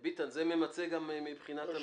ביטן, זה ממצה גם מבחינת המציעים?